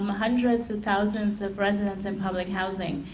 um hundreds of thousands of residents in public housing,